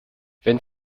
wenn